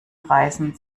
reißen